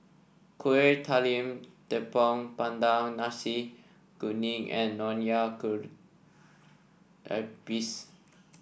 Kuih Talam Tepong Pandan Nasi Kuning and Nonya Kueh Lapis